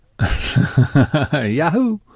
Yahoo